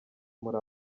muri